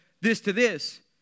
this-to-this